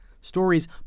stories